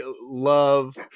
love